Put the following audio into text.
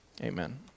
amen